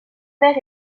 verre